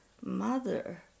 mother